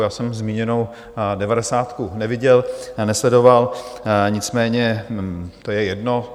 Já jsem zmíněnou Devadesátku neviděl, nesledoval, nicméně to je jedno.